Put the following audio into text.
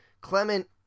Clement